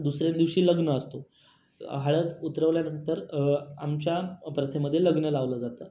दुसऱ्या दिवशी लग्न असतो हळद उतरवल्यानंतर आमच्या प्रथेमध्ये लग्न लावलं जातं